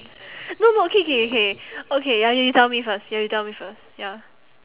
no no okay K K okay ya you tell me first ya you tell me first ya